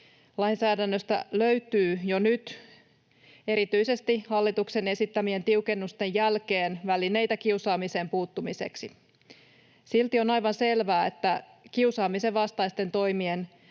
Lainsäädännöstä löytyy jo nyt, erityisesti hallituksen esittämien tiukennusten jälkeen, välineitä kiusaamiseen puuttumiseksi. Silti on aivan selvää, että kiusaamisen vastaisten toimien